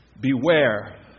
Beware